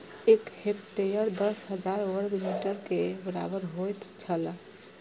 एक हेक्टेयर दस हजार वर्ग मीटर के बराबर होयत छला